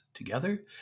Together